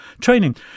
training